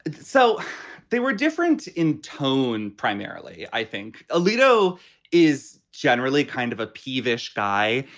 so they were different in tone. primarily, i think alito is generally kind of a peevish guy.